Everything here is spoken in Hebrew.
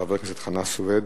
של חבר הכנסת חנא סוייד,